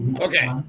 okay